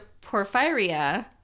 porphyria